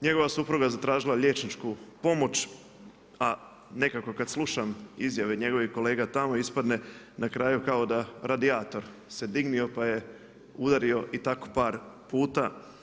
Njegova supruga je zatražila liječničku pomoć, a nekako kada slušam izjave njegovih kolega tamo ispadne na kraju kao radijator se dignio pa ju udario i tako par puta.